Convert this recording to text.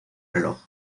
reloj